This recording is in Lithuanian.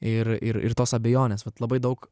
ir ir tos abejonėsvat labai daug